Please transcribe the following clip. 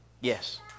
Yes